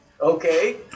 okay